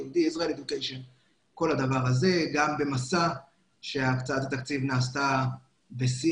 גם בתוכנית מסע כאשר הקצאת התקציב נעשתה בשיא